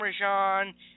parmesan